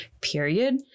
period